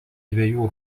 dviejų